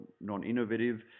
non-innovative